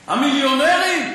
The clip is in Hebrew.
המיליונרים?